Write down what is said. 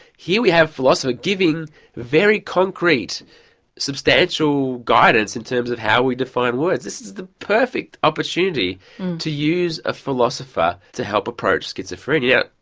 here we have a philosopher giving very concrete substantial guidance in terms of how we define words. this is the perfect opportunity to use a philosopher to help approach schizophrenia.